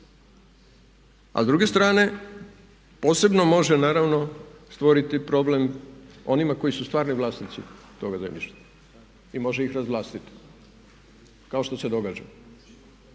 A s druge strane posebno može naravno stvoriti problem onima koji su stvarni vlasnici toga zemljišta i može ih razvlastiti kao što se događa.